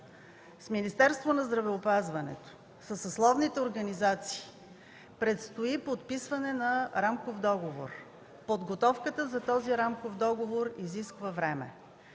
С Министерството на здравеопазването, със съсловните организации предстои подписване на рамков договор. Подготовката на този рамков договор изисква време.